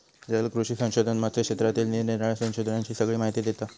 जलकृषी संशोधन मत्स्य क्षेत्रातील निरानिराळ्या संशोधनांची सगळी माहिती देता